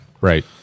right